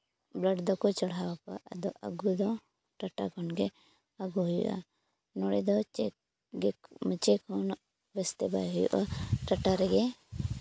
blood ᱫᱚᱠᱚ ᱪᱟᱲᱦᱟᱣ ᱟᱠᱚᱣᱟ ᱟᱫᱚ ᱟᱹᱜᱩ ᱫᱚ ᱴᱟᱴᱟ ᱠᱷᱚᱱᱜᱮ ᱟᱹᱜᱩ ᱦᱩᱭᱩᱜᱼᱟ ᱱᱚᱸᱫᱮ ᱫᱚ ᱪᱮᱠ ᱦᱚᱸ ᱩᱱᱟᱹᱜ ᱵᱮᱥᱛᱮ ᱵᱟᱭ ᱦᱩᱭᱩᱜᱼᱟ ᱴᱟᱴᱟ ᱨᱮᱜᱮ